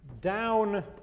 Down